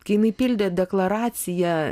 kai jinai pildė deklaraciją